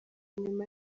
nyuma